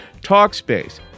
Talkspace